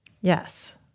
Yes